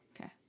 Okay